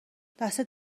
دستت